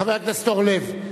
חבר הכנסת אורלב,